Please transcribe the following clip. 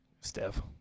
Steph